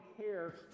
care